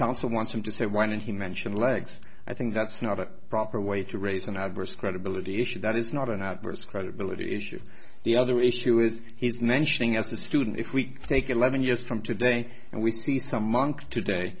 counsel wants him to say why didn't he mention legs i think that's not a proper way to raise an adverse credibility issue that is not an adverse credibility issue the other issue is he's mentioning as a student if we take eleven years from today and we see some monk today